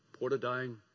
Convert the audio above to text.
Portadown